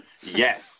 yes